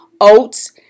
oats